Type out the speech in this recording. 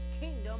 kingdom